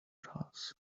brass